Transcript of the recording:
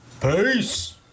Peace